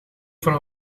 van